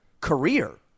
career